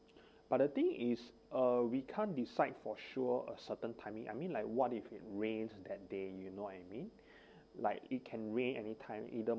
but the thing is uh we can't decide for sure a certain timing I mean like what if it rains and that day you know what I mean like it can rain anytime either